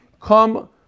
come